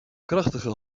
krachtige